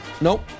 Nope